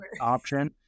option